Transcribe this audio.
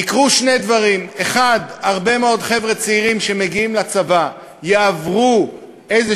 יקרו שני דברים: 1. הרבה מאוד חבר'ה צעירים שמגיעים לצבא יעברו איזו